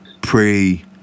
Pray